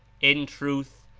in truth.